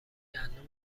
گندم